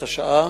את השעה.